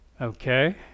Okay